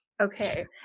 Okay